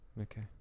Okay